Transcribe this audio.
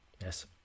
Yes